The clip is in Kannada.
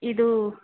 ಇದು